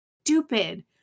stupid